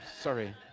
Sorry